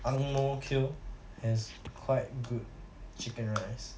ang mo kio has quite good chicken rice